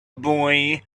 boy